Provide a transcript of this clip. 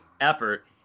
effort